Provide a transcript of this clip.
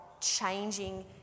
changing